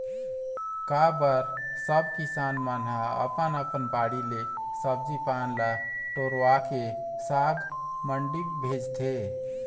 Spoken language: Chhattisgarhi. का बर सब किसान मन ह अपन अपन बाड़ी ले सब्जी पान ल टोरवाके साग मंडी भेजथे